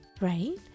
right